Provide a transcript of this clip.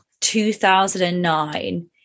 2009